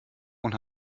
und